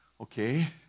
okay